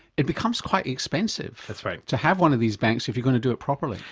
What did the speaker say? it becomes quite expensive to have one of these banks if you're going to do it properly.